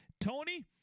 Tony